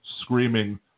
screaming